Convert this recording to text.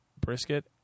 Brisket